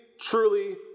truly